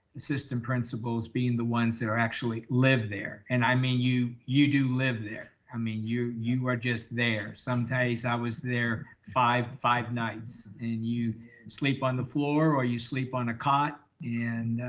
assistant principals, being the ones that are actually live there. and i mean you you do live there. i mean you you are just there. sometimes i was there five, five nights and you sleep on the floor or you sleep on a cot and